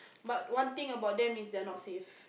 but one thing about them is there are not safe